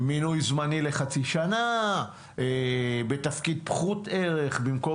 מינוי זמני לחצי שנה בתפקיד פחות ערך במקום